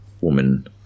woman